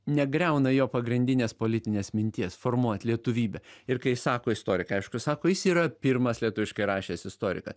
negriauna jo pagrindinės politinės minties formuot lietuvybę ir kai sako istorikai aišku sako jis yra pirmas lietuviškai rašęs istorikas